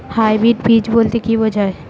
Hybrid বীজ বলতে কী বোঝায়?